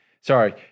Sorry